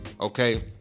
okay